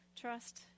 trust